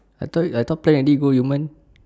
I thought I thought plan already go yumen